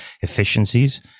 efficiencies